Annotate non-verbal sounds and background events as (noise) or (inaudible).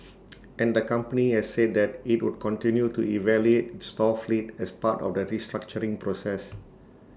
(noise) and the company has said that IT would continue to evaluate its store fleet as part of the restructuring process